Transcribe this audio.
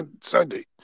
Sunday